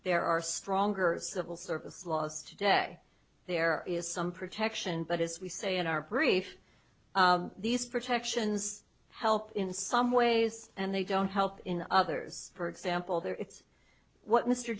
there are stronger civil service lost today there is some protection but as we say in our brief these protections help in some ways and they don't help in others for example there it's what mr